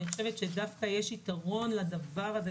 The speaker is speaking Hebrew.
אני חושבת שיש דווקא יתרון לדבר הזה,